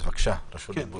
בבקשה, רשות הדיבור שלך.